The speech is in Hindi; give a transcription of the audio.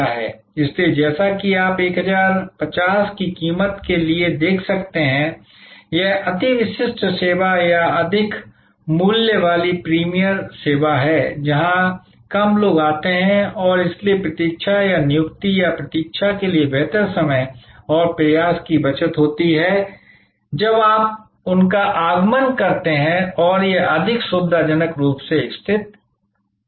इसलिए जैसा कि आप 1050 की कीमत के लिए देख सकते हैं यह अधिक विशिष्ट सेवा या अधिक मूल्य वाली प्रीमियम सेवा है जहां कम लोग आते हैं और इसलिए प्रतीक्षा या नियुक्ति या प्रतीक्षा के लिए बेहतर समय और प्रयास की बचत होती है जब आप उनका आगमन करते हैं और यह अधिक सुविधाजनक रूप से स्थित हो सकता है